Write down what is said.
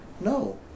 No